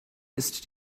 ist